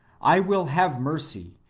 i will have mercy,